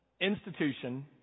institution